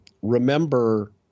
Remember